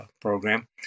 program